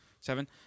Seven